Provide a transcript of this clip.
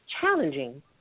challenging